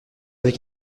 avec